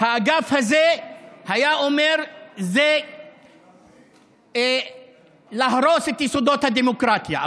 האגף הזה היה אומר שזה להרוס את יסודות הדמוקרטיה.